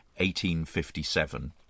1857